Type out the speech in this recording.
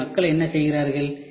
எனவே மக்கள் என்ன செய்கிறார்கள்